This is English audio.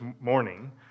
morning